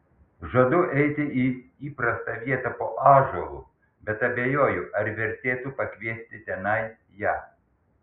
žadu eiti į įprastą vietą po ąžuolu bet abejoju ar vertėtų pakviesti tenai ją